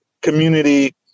community